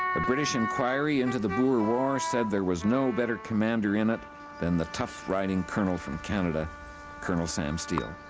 a british inquiry into the boer war said there was no better commander in it than the tough riding colonel from canada col. sam steele.